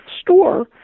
store